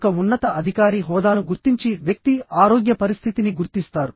ఒక ఉన్నత అధికారి హోదాను గుర్తించి వ్యక్తి ఆరోగ్య పరిస్థితిని గుర్తిస్తారు